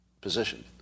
position